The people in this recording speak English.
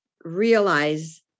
realize